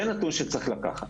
זה נתון שצריך לקחת.